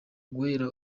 guhera